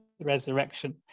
resurrection